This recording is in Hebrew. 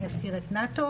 אני אזכיר את נאט"ו